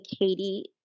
Katie